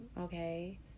okay